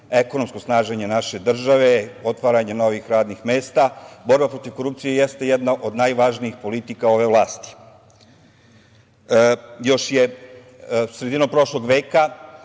ekonomsko snaženje naše države, otvaranje novih radnih mesta, borba protiv korupcije jeste jedna od najvažnijih politika ove vlasti. Još je sredinom prošlog veka